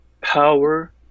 Power